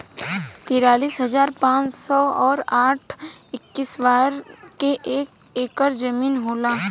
तिरालिस हजार पांच सौ और साठ इस्क्वायर के एक ऐकर जमीन होला